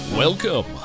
Welcome